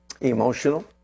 emotional